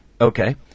okay